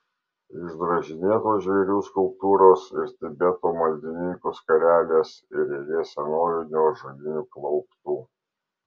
išdrožinėtos žvėrių skulptūros ir tibeto maldininkų skarelės ir eilė senovinių ąžuolinių klauptų